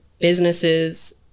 businesses